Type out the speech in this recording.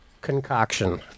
concoction